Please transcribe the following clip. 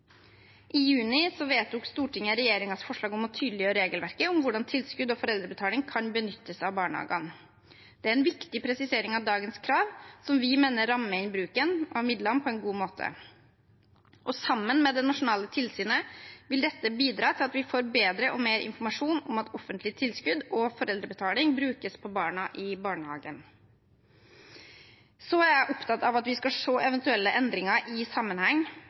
I juni vedtok Stortinget regjeringens forslag om å tydeliggjøre regelverket om hvordan tilskudd og foreldrebetaling kan benyttes av barnehagene. Det er en viktig presisering av dagens krav som vi mener rammer inn bruken av midlene på en god måte. Sammen med det nasjonale tilsynet vil dette bidra til at vi får bedre og mer informasjon om at offentlige tilskudd og foreldrebetaling brukes på barna i barnehagen. Jeg er opptatt av at vi skal se eventuelle endringer i sammenheng